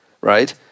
right